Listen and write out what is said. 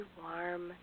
warm